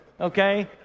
Okay